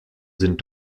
sind